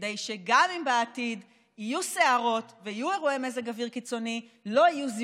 כדי שגם אם בעתיד יהיו סערות ויהיו אירועי מזג אוויר קיצוני לא יהיו